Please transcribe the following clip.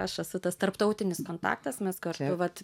aš esu tas tarptautinis kontaktas mes kartu vat